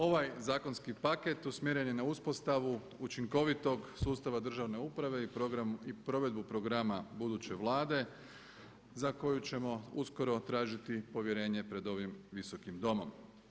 Ovaj zakonski paket usmjeren je na uspostavu učinkovitog sustava državne uprave i provedbu programa buduće Vlade za koju ćemo uskoro tražiti povjerenje pred ovim visokim domom.